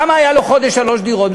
למה היו לו חודש שלוש דירות?